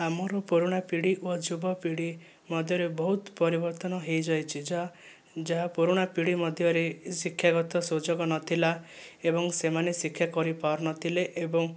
ଆମର ପୁରୁଣା ପିଢ଼ି ଓ ଯୁବପିଢ଼ି ମଧ୍ୟରେ ବହୁତ ପରିବର୍ତ୍ତନ ହୋଇଯାଇଛି ଯାହା ଯାହା ପୁରୁଣା ପିଢ଼ି ମଧ୍ୟରେ ଶିକ୍ଷାଗତ ସୁଯୋଗ ନଥିଲା ଏବଂ ସେମାନେ ଶିକ୍ଷା କରିପାରୁନଥିଲେ ଏବଂ